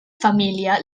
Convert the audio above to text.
família